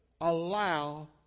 allow